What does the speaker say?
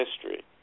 history